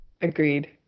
Agreed